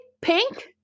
Pink